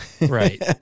Right